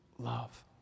love